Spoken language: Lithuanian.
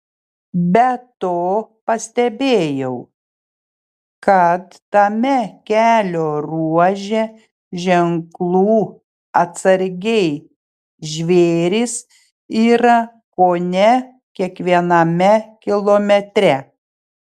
be to pastebėjau kad tame kelio ruože ženklų atsargiai žvėrys yra kone kiekviename kilometre